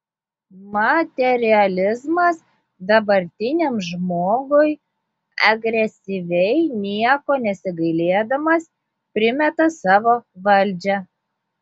materializmas dabartiniam žmogui agresyviai nieko nesigailėdamas primeta savo valdžią